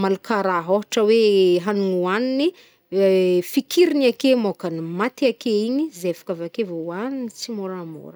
malkala ôhtra hoe hanin hoanny fikiriny ekeo môkany maty ekegny zay fôkavake vô hoagniny tsy môramôra.